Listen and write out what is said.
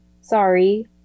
Sorry